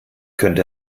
könnte